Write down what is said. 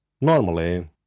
Normally